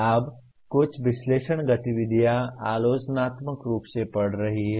अब कुछ विश्लेषण गतिविधियाँ आलोचनात्मक रूप से पढ़ रही हैं